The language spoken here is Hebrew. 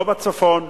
לא בצפון,